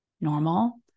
normal